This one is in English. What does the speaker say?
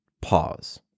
pause